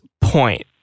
point